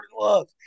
Love